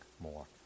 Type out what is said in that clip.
more